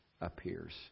appears